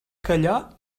callar